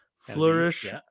flourish